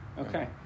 okay